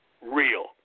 real